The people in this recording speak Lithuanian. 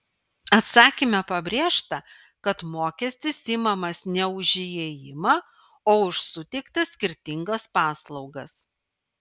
atsakyme pabrėžta kad mokestis imamas ne už įėjimą o už suteiktas skirtingas paslaugas